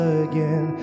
again